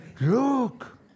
Look